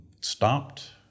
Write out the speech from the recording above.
stopped